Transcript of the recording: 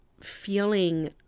feeling